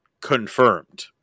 confirmed